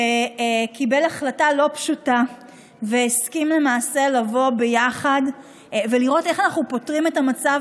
שקיבל החלטה לא פשוטה והסכים לבוא ביחד ולראות איך אנחנו פותרים את המצב